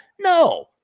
No